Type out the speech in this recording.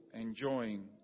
enjoying